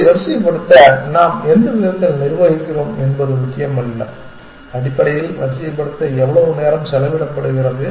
அதை வரிசைப்படுத்த நாம் எந்த விதத்தில் நிர்வகிக்கிறோம் என்பது முக்கியமல்ல அடிப்படையில் வரிசைப்படுத்த எவ்வளவு நேரம் செலவிடப்படுகிறது